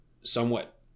somewhat